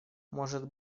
может